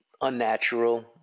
unnatural